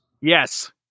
yes